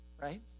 right